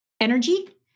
energy